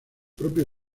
propio